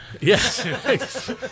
Yes